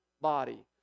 body